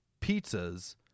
pizzas